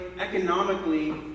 economically